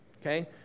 Okay